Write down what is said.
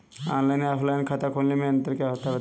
Online या offline खाता खोलने में क्या अंतर है बताएँ?